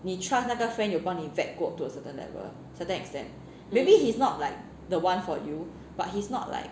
你 trust 那个 friend 有帮你 vet 过 to a certain level certain extent maybe he's not like the one for you but he's not like